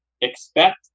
expect